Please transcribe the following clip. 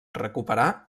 recuperar